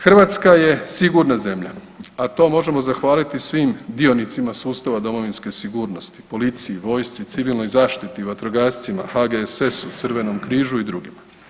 Hrvatska je sigurna zemlja, a to možemo zahvaliti svim dionicima sustava domovinske sigurnosti, policiji, vojsci, civilnoj zaštiti, vatrogascima, HGSS-u, crvenom križu i drugima.